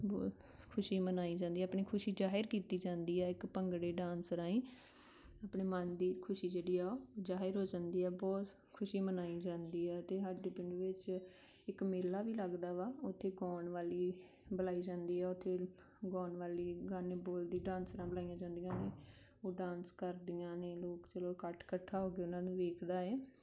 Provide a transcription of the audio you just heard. ਬਹੁਤ ਖੁਸ਼ੀ ਮਨਾਈ ਜਾਂਦੀ ਆ ਆਪਣੀ ਖੁਸ਼ੀ ਜ਼ਾਹਿਰ ਕੀਤੀ ਜਾਂਦੀ ਹੈ ਇੱਕ ਭੰਗੜੇ ਡਾਂਸ ਰਾਹੀਂ ਆਪਣੇ ਮਨ ਦੀ ਖੁਸ਼ੀ ਜਿਹੜੀ ਆ ਉਹ ਜ਼ਾਹਿਰ ਹੋ ਜਾਂਦੀ ਆ ਬਹੁਤ ਖੁਸ਼ੀ ਮਨਾਈ ਜਾਂਦੀ ਹੈ ਅਤੇ ਸਾਡੇ ਪਿੰਡ ਵਿੱਚ ਇੱਕ ਮੇਲਾ ਵੀ ਲੱਗਦਾ ਵਾ ਉੱਥੇ ਗਾਉਣ ਵਾਲੀ ਬੁਲਾਈ ਜਾਂਦੀ ਹੈ ਉੱਥੇ ਗਾਉਣ ਵਾਲੀ ਗਾਣੇ ਬੋਲਦੀ ਡਾਂਸਰਾਂ ਬੁਲਾਈਆ ਜਾਂਦੀਆਂ ਨੇ ਉਹ ਡਾਂਸ ਕਰਦੀਆਂ ਨੇ ਲੋਕ ਚਲੋ ਇਕੱਠ ਇਕੱਠਾ ਹੋ ਕੇ ਉਹਨਾਂ ਨੂੰ ਵੇਖਦਾ ਹੈ